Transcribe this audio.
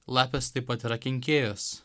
lapės taip pat yra kenkėjos